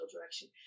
direction